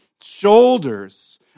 shoulders